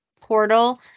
portal